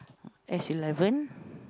S-eleven